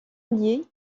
alliés